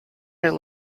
are